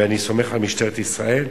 ואני סומך על משטרת ישראל,